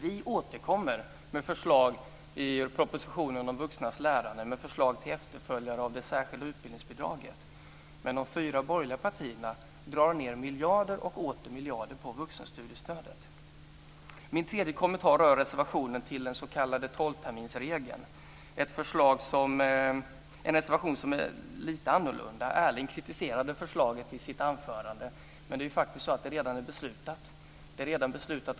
Vi återkommer med förslag i propositionen om vuxnas lärande, med förslag till efterföljare av det särskilda utbildningsbidraget. Men de fyra borgerliga partierna drar ned miljarder och åter miljarder på vuxenstudiestödet. Min tredje kommentar rör reservationen mot den s.k. tolvterminsregeln, en reservation som är lite annorlunda. Erling Wälivaara kritiserade förslaget i sitt anförande. Men det är redan beslutat av denna riksdag.